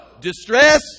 distress